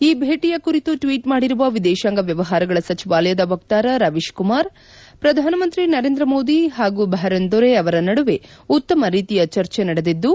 ಈ ಭೇಟಿಯ ಕುರಿತು ಟ್ವೀಟ್ ಮಾಡಿರುವ ವಿದೇಶಾಂಗ ವ್ಯವಹಾರಗಳ ಸಚಿವಾಲಯದ ವಕ್ತಾರ ರವೀಶ್ ಕುಮಾರ್ ಪ್ರಧಾನಮಂತ್ರಿ ನರೇಂದ್ರ ಮೋದಿ ಹಾಗೂ ಬಹರೇನ್ ದೊರೆ ಅವರ ನಡುವೆ ಉತ್ತಮ ರೀತಿಯ ಚರ್ಚೆ ನಡೆದಿದ್ದು